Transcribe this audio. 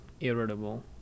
Irritable